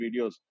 videos